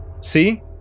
See